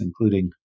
including